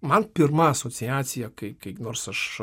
man pirma asociacija kai kai nors aš